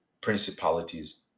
principalities